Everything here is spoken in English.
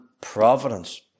providence